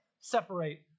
separate